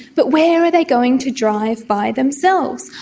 but where are they going to drive by themselves?